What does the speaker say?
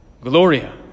Gloria